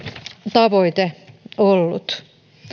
tavoite ollut